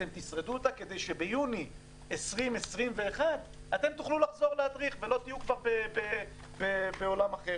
אתם תשרדו אותה כדי שביוני 2021 תוכלו לחזור להדריך ולא תהיו בעולם אחר.